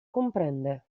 comprende